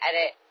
edit